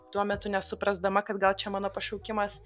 tuo metu nesuprasdama kad gal čia mano pašaukimas